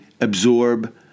absorb